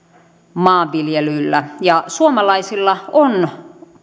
maanviljelyllä ja suomalaisilla on